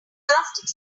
plastic